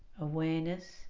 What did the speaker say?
Awareness